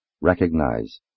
recognize